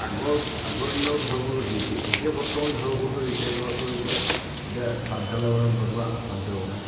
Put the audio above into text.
আগৰ আগৰ দিনৰ ঘৰবোৰ বেছি এতিয়া এতিয়া বৰ্তমান ঘৰবোৰতো এতিয়াৰ ঘৰবোৰ এইবোৰ এতিয়া চাদ ঢালাই বনায় নতুবা আসাম টাইপ বনায়